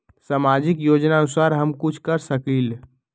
सामाजिक योजनानुसार हम कुछ कर सकील?